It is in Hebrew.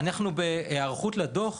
בהיערכות לדו"ח